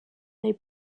they